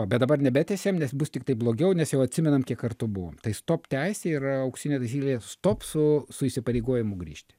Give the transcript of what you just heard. bet dabar nebetęsiam nes bus tiktai blogiau nes jau atsimenam kiek kartų buvo tai stop teisė yra auksinė taisyklė stop su su įsipareigojimu grįžti